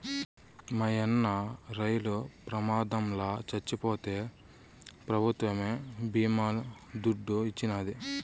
మాయన్న రైలు ప్రమాదంల చచ్చిపోతే పెభుత్వమే బీమా దుడ్డు ఇచ్చినాది